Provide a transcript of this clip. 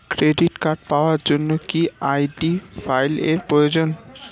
Credit card পাওয়ার জন্য কি আই.ডি ফাইল এর প্রয়োজন?